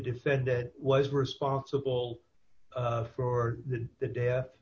defendant was responsible for the idea